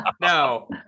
No